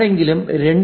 ആരെങ്കിലും 2